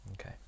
Okay